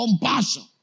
compassion